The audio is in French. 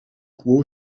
quo